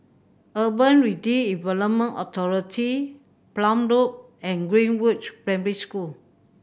Urban Redevelopment Authority Palm Road and Greenridge Primary School